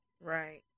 right